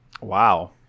Wow